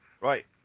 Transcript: Right